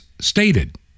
stated